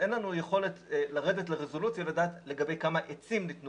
אין לנו יכולת לרדת לרזולוציה לדעת לגבי כמה עצים ניתנו